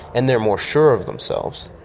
and they are more sure of themselves,